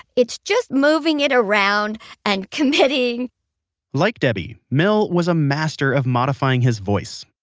it's just moving it around and committing like debi, mel was a master of modifying his voice.